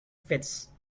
fits